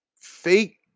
Fake